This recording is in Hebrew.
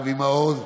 אבי מעוז,